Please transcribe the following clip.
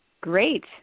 Great